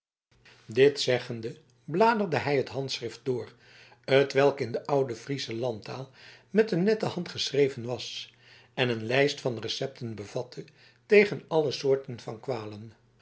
dit zeggende bladerde hij het handschrift door hetwelk in de oude friesche landtaal met een nette hand geschreven was en een lijst van recepten bevatte tegen alle soorten van kwalen